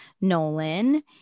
Nolan